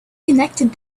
connected